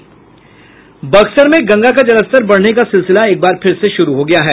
बक्सर में गंगा का जलस्तर बढ़ने का सिलसिला एक बार फिर शुरू हो गया है